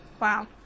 Wow